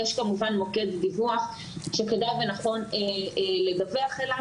יש כמובן מוקד פיקוח שכדאי ונכון לדווח אליו,